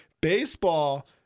Baseball